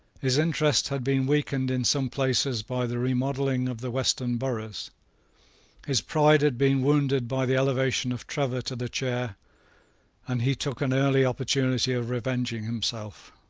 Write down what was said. his interest had been weakened in some places by the remodelling of the western boroughs his pride had been wounded by the elevation of trevor to the chair and he took an early opportunity of revenging himself.